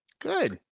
good